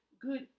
Good